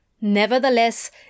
Nevertheless